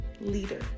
leader